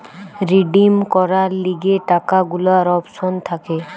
redeem করার লিগে টাকা গুলার অপশন থাকে